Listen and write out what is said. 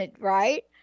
right